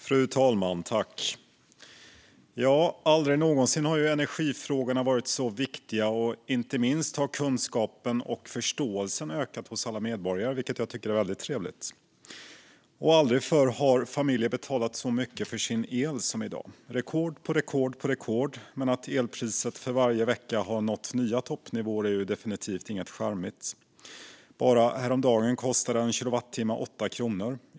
Fru talman! Aldrig någonsin har energifrågorna varit så viktiga. Inte minst har kunskapen och förståelsen ökat hos alla medborgare, vilket jag tycker är väldigt trevligt. Aldrig förr har familjer heller betalat så mycket för sin el som i dag. Det har varit rekord på rekord, men att elpriset för varje vecka har nått nya toppnivåer är ju definitivt inget charmigt. Bara häromdagen kostade en kilowattimme 8 kronor.